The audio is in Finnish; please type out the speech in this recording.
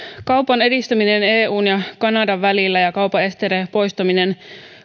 kaupan edistäminen eun ja kanadan välillä ja kaupan esteiden poistaminen